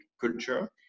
culture